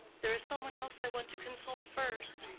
there is some one else i want to consult first.